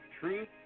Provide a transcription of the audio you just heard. Truth